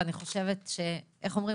ואני חושבת ש-איך אומרים?